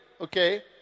okay